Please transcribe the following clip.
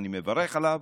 אני מברך עליו,